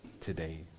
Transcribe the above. today